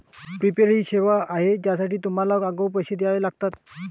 prepaid ही सेवा आहे ज्यासाठी तुम्हाला आगाऊ पैसे द्यावे लागतील